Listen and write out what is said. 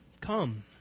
come